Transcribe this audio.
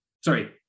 sorry